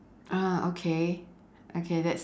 ah okay okay that's